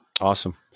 awesome